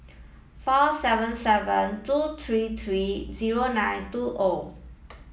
four seven seven two three three zero nine two O